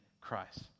Christ